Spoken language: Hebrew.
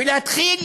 ולהתחיל